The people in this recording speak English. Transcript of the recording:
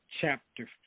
chapter